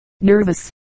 nervous